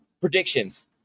predictions